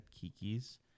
kiki's